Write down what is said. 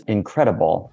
Incredible